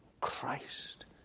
Christ